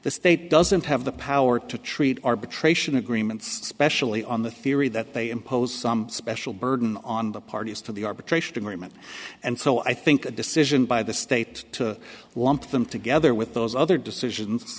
the state doesn't have the power to treat arbitration agreements specially on the theory that they impose some special burden on the parties to the arbitration agreement and so i think the decision by the state to lump them together with those other decisions